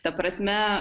ta prasme